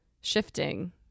shifting